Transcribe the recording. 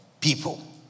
people